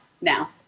now